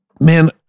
man